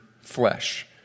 flesh